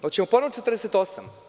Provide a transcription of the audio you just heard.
Hoćemo ponovo 48?